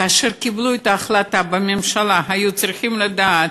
כאשר קיבלו את ההחלטה בממשלה היו צריכים לדעת,